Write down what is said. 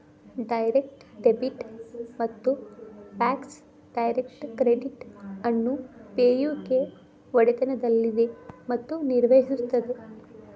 direct debit ಮತ್ತು Bacs direct credit ಅನ್ನು Pay U K ಒಡೆತನದಲ್ಲಿದೆ ಮತ್ತು ನಿರ್ವಹಿಸುತ್ತದೆ